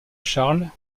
charles